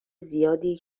زیادی